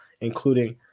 including